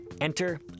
Enter